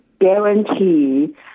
guarantee